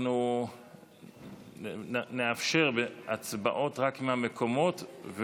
אנחנו נאפשר הצבעות רק מהמקומות,